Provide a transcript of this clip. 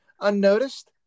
unnoticed